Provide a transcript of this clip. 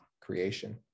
creation